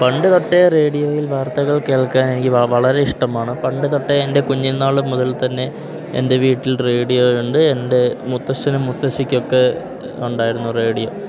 പണ്ട് തൊട്ടേ റേഡിയോയിൽ വാർത്തകൾ കേൾക്കാൻ എനിക്ക് വ വളരെ ഇഷ്ടമാണ് പണ്ട് തൊട്ടേ എൻ്റെ കുഞ്ഞുന്നാൾ മുതൽ തന്നെ എൻ്റെ വീട്ടിൽ റേഡിയോ ഉണ്ട് എൻ്റെ മുത്തശ്ശനും മുത്തശ്ശിക്കൊക്കെ ഉണ്ടായിരുന്നു റേഡിയോ